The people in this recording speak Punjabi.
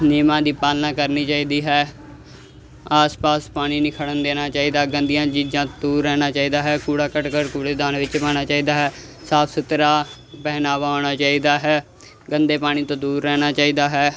ਨਿਯਮਾਂ ਦੀ ਪਾਲਨਾ ਕਰਨੀ ਚਾਹੀਦੀ ਹੈ ਆਸ ਪਾਸ ਪਾਣੀ ਨਹੀਂ ਖੜਨ ਦੇਣਾ ਚਾਹੀਦਾ ਗੰਦੀਆਂ ਚੀਜ਼ਾਂ ਦੂਰ ਰਹਿਣਾ ਚਾਹੀਦਾ ਹੈ ਕੂੜਾ ਕਰਕਟ ਕੂੜੇਦਾਨ ਵਿੱਚ ਪਾਣਾ ਚਾਹੀਦਾ ਹੈ ਸਾਫ਼ ਸੁਥਰਾ ਪਹਿਨਾਵਾ ਹੋਣਾ ਚਾਹੀਦਾ ਹੈ ਗੰਦੇ ਪਾਣੀ ਤੋਂ ਦੂਰ ਰਹਿਣਾ ਚਾਹੀਦਾ ਹੈ